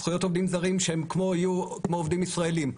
זכויות עובדים זרים שיהיו כמו עובדים ישראליים,